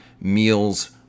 meals